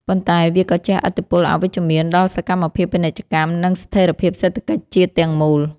ប៉ុន្តែវាក៏ជះឥទ្ធិពលអវិជ្ជមានដល់សកម្មភាពពាណិជ្ជកម្ម និងស្ថិរភាពសេដ្ឋកិច្ចជាតិទាំងមូល។